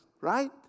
right